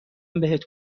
بهت